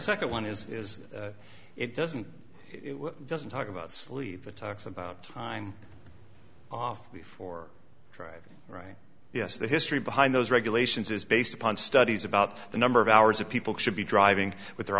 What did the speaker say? second one is it doesn't doesn't talk about sleep it talks about time off before driving right yes the history behind those regulations is based upon studies about the number of hours a people should be driving with their